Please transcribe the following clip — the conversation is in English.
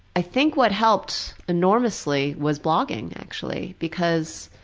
i think what helped enormously was blogging actually. because